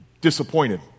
disappointed